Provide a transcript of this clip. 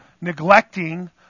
neglecting